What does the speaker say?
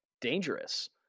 dangerous